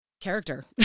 character